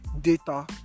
data